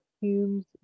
Hume's